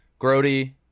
grody